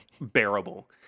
bearable